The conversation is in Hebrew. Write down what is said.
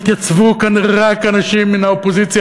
התייצבו כאן רק אנשים מן האופוזיציה,